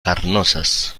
carnosas